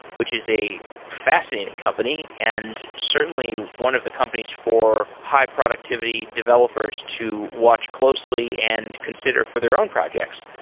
which is a fascinating company and certainly one of the companies for high productivity developers to watch closely and consider for their own projects.